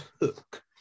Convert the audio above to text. Hook